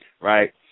right